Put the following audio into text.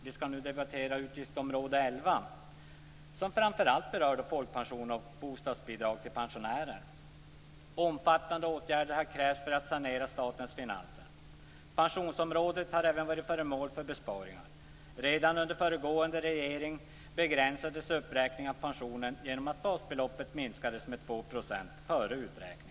Vi skall nu debattera utgiftsområde Omfattande åtgärder har krävts för att sanera statens finanser. Även pensionsområdet har varit föremål för besparingar. Redan under föregående regering begränsades uppräkningen av pensionerna genom att basbeloppet minskades med 2 % före uträkningen.